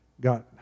got